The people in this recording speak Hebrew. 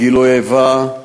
גילוי איבה,